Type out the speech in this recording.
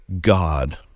God